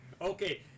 Okay